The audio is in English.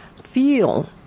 feel